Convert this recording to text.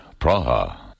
Praha